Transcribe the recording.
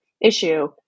issue